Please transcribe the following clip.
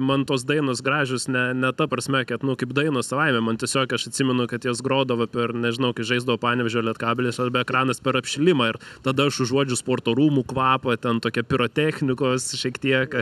man tos dainos gražios ne ne ta prasme kad nu kaip dainos savaime man tiesiog aš atsimenu kad jos grodavo per nežinau kai žaisdavo panevėžio lietkabelis arba ekranas per apšilimą ir tada aš užuodžiu sporto rūmų kvapą ten tokia pirotechnikos šiek tiek